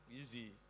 Easy